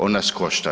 On nas košta.